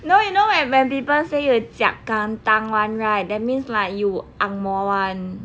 no you know when people say you jiak kantang [one] right that means like you ang moh [one]